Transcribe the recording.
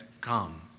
come